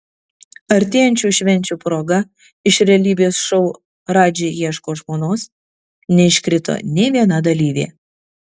artėjančių švenčių proga iš realybės šou radži ieško žmonos neiškrito nė viena dalyvė